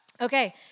Okay